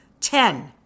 Ten